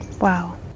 Wow